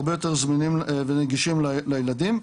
הרבה יותר זמינים ונגישים לילדים.